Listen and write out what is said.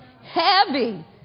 Heavy